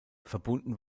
verbunden